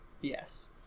yes